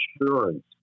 insurance